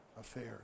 affairs